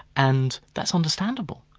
and that's understandable.